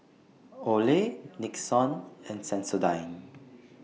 Olay Nixon and Sensodyne